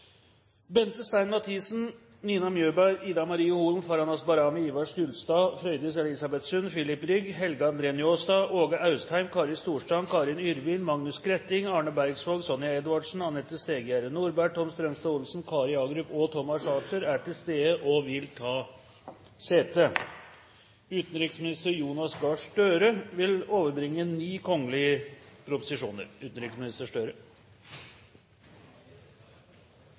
Bente Stein Mathisen, Nina Mjøberg, Ida Marie Holen, Farahnaz Bahrami, Ivar Skulstad, Frøydis Elisabeth Sund, Filip Rygg, Helge André Njåstad, Åge Austheim, Kari Storstrand, Karin Yrvin, Magnus Skretting, Arne Bergsvåg, Sonja Edvardsen, Anette Stegegjerdet Norberg, Tom Strømstad Olsen, Kari Agerup og Tomas Archer er til stede og vil ta sete. Utenriksminister Jonas Gahr Støre vil overbringe 9 kgl. proposisjoner.